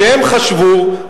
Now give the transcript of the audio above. שהם חשבו,